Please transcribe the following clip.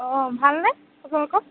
অ ভালনে আপোনালোকৰ